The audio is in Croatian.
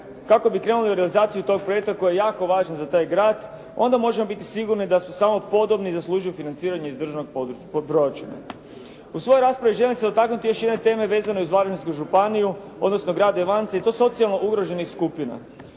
kako bi krenuli u realizaciju tog projekta koji je jako važan za taj grad, onda možemo biti sigurni da su samo podobni zaslužili financiranje iz državnog proračuna. U svojoj raspravi želim se dotaknuti još jedne teme vezane uz Varaždinsku županiju, odnosno grad Ivanca i to socijalno ugroženih skupina.